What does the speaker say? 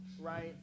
right